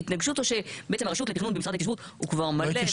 או שבעצם הרשות לתכנון במשרד ההתיישבות הוא כבר מלא,